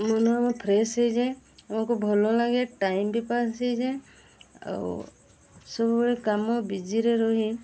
ମନ ଆମ ଫ୍ରେଶ୍ ହେଇଯାଏ ଆମକୁ ଭଲ ଲାଗେ ଟାଇମ୍ବି ପାସ୍ ହେଇଯାଏ ଆଉ ସବୁବେଳେ କାମ ବିଜିରେ ରହେ